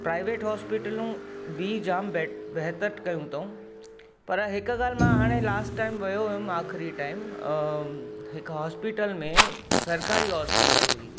private हॉस्पिटलूं बि जाम बे बहितरु कयो अथऊं पर हिकु ॻाल्ह मां हाणे लास्ट टाइम वियो हुयुमि आखिरी टाइम अ हिकु हॉस्पिटल में सरकारी हॉस्पिटल हुई